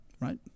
Right